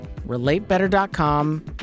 relatebetter.com